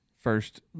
first